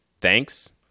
Thanks